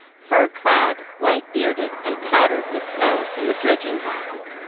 fur-clad, white-bearded, and powdered with snow from the dredging-box.